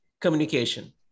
communication